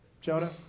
Jonah